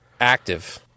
Active